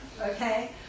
okay